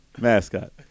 mascot